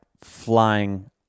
flying